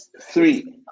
three